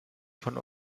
von